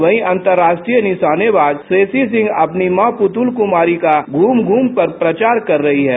वहीं अंतरराष्ट्रीय निशानेबाज श्रेयसी सिंह अपनी मां पुतुल कुमारी का घूम घूम कर प्रचार कर रही हैं